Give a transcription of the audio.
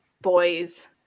Boys